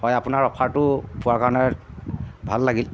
প্ৰায় আপোনাৰ অ'ফাৰটো পোৱাৰ কাৰণে ভাল লাগিল